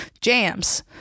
jams